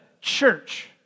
church